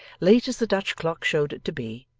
late as the dutch clock showed it to be,